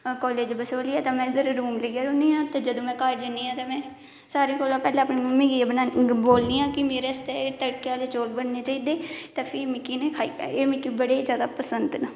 college Basohli ऐ ते में इद्धर रुम लेईयै रौंहनी आं जद में घर जन्नी आं तो में सारें कोला पैहलें अपनी मम्मी गी बोलनी आं कि मेरे आस्तै तड़के आहले चौल बनने चाहिदे ते फ्ही मिकी खाई लैन्नी एह् मिगी बडे़ ज्यादा पसंद ना